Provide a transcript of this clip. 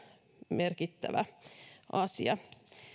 merkittävä asia